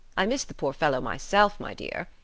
i miss the poor fellow myself, my dear.